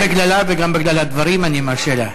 רבותי, גם בגללה וגם בגלל הדברים אני מרשה לה.